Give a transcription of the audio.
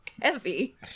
Heavy